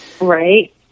Right